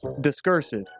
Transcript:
Discursive